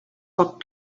poc